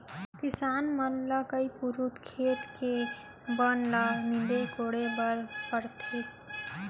किसान मन ल कई पुरूत खेत के बन ल नींदे कोड़े बर परथे